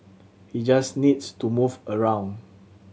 he just needs to move around